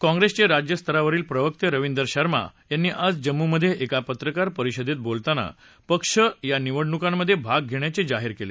काँग्रेसचे राज्यस्तरावरील प्रवक्ते रविंदर शर्मा यांनी आज जम्मुमधे एका पत्रकार परिषदेत बोलताना पक्ष या निवडणुकांमधे भाग घेण्याचे जाहीर केले